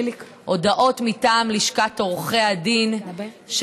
הודעות מטעם לשכת עורכי הדין,